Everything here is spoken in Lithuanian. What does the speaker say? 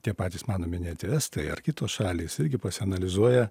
tie patys mano minėti estai ar kitos šalys irgi pasianalizuoja